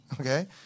okay